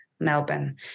melbourne